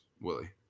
Willie